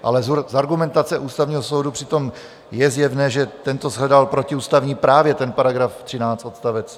Ale z argumentace Ústavního soudu přitom je zjevné, že tento shledal protiústavní právě ten § 13 odst.